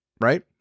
right